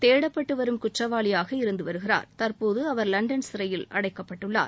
தேடப்பட்டு வரும் குற்றவாளியாக இருந்து வருகிறார் தற்போது அவர் லண்டன் சிறையில் அடைக்கப்பட்டுள்ளார்